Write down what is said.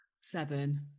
seven